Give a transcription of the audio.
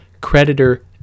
creditor